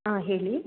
ಹಾಂ ಹೇಳಿ